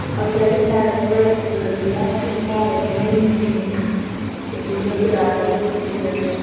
okay, we had a great group. we actually had a dream team if you look at our list here.